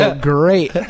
great